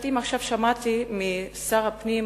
משפטים שמעתי עכשיו משר הפנים,